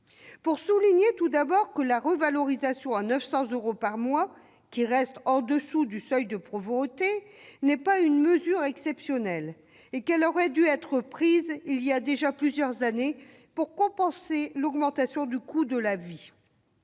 Je souligne tout d'abord que la revalorisation à 900 euros par mois, montant qui reste en dessous du seuil de pauvreté, n'est pas une mesure exceptionnelle et qu'elle aurait dû être prise il y a déjà plusieurs années pour compenser l'augmentation du coût de la vie.